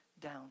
down